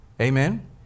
Amen